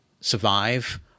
survive